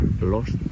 lost